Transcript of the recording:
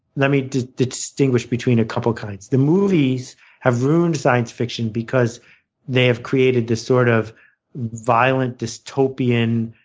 let me just distinguish between a couple of kinds. the movies have ruined science fiction because they've created this sort of violent, dystopian,